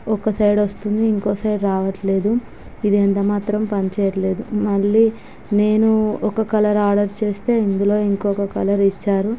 ఒక సైడ్ వస్తుంది ఇంకోక సైడ్ రావట్లేదు ఇది ఎంతమాత్రమూ పనిచేయట్లేదు మళ్ళీ నేను ఒక కలర్ ఆర్డర్ చేస్తే ఇందులో ఇంకొక కలర్ ఇచ్చారు